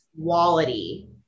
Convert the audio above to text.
quality